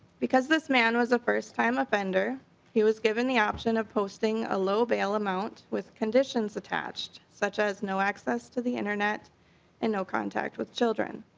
because this man was the first time offender he was given the option of posting a low bail amount with conditions attached such as no access to the internet and no contact with children.